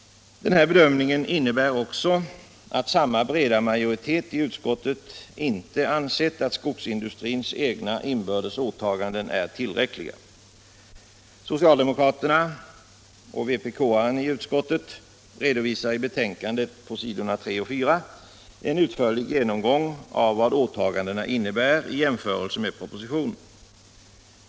Den här bedömningen innebär också att samma breda majoritet i utskottet inte ansett att skogsindustrins egna inbördes åtaganden är tillräckliga. Socialdemokraterna och vpk-aren i utskottet redovisar i betänkandet på s. 3 och 4 en utförlig genomgång av vad åtagandena innebär i jämförelse med propositionen.